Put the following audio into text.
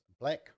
black